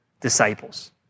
disciples